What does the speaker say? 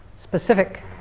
specific